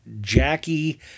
Jackie